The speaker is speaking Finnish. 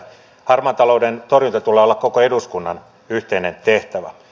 harmaan talouden torjunnan tulee olla koko eduskunnan yhteinen tehtävä